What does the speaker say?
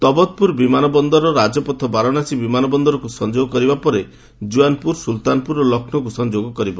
ବବତ୍ପୁର ବିମାନ ବନ୍ଦର ରାଜପଥ ବାରାଣସୀ ବିମାନ ବନ୍ଦରକୁ ସଂଯୋଗ କରିବା ପରେ ଜୁଆନ୍ପୁର ସୁଲ୍ତାନପୁର ଓ ଲକ୍ଷ୍ନୌକୁ ସଂଯୋଗ କରିବ